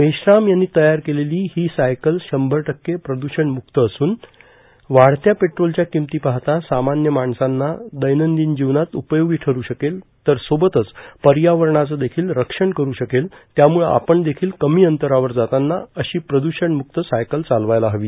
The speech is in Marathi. मेश्राम यांनी तयार केलेली हि सायकल शंभर टक्के प्रदुषन मुक्त असून वाढत्या पेट्रोलच्या किमती पाहता सामान्य माणसांना दैनंदिन जीवनात उपयोगी ठरू शकेल तर सोबतच पर्यावरणाचा देखील रक्षण करू शकेल त्यामुळं आपण देखील कमी अंतरावर जाताना अशी प्रदूषण मुक्त सायकल चालवायला हवी